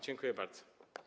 Dziękuję bardzo.